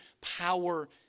power